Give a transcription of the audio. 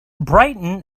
brighton